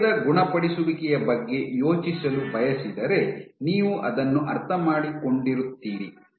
ಗಾಯದ ಗುಣಪಡಿಸುವಿಕೆಯ ಬಗ್ಗೆ ಯೋಚಿಸಲು ಬಯಸಿದರೆ ನೀವು ಅದನ್ನು ಅರ್ಥಮಾಡಿಕೊಂಡಿರುತ್ತೀರಿ